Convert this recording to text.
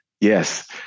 Yes